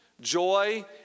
Joy